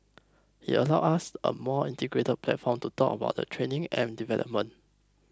it allows us a more integrated platform to talk about the training and development